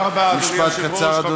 משפט קצר, אדוני.